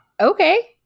okay